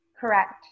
Correct